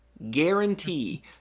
guarantee